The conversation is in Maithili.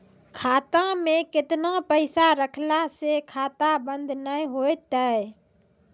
खाता मे केतना पैसा रखला से खाता बंद नैय होय तै?